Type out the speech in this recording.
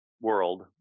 world